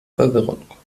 verwirrung